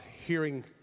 hearing